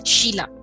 Sheila